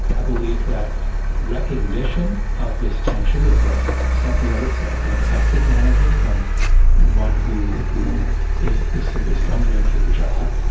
i believe that recognition of this tension is what separates ah an effective manager from one who who is is simply stumbling through the job.